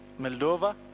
Moldova